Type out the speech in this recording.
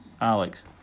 Alex